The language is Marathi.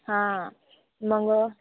हां मग